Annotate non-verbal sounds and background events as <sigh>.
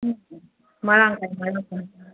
<unintelligible> ꯃꯔꯥꯡ ꯀꯥꯏꯅ ꯑꯗꯨꯝ ꯐꯪꯅꯤ